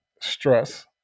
stress